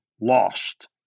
lost